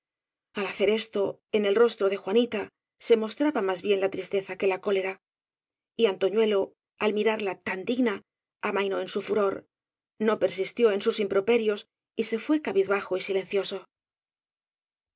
al hacer esto en el rostro de juanita se mostraba más bien la tristeza qne la cólera y antoñuelo al mi rarla tan digna amainó en su furor no persistió en sus improperios y se fué cabizbajo y silencioso